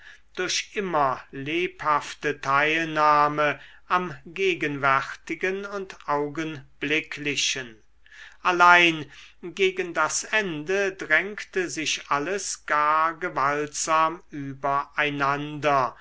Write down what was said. durch immer lebhafte teilnahme am gegenwärtigen und augenblicklichen allein gegen das ende drängte sich alles gar gewaltsam